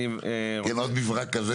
עוד מברק כזה,